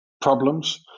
problems